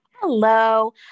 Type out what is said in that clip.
Hello